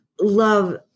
love